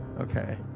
Okay